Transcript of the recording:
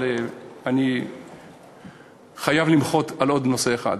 אבל אני חייב למחות על עוד נושא אחד.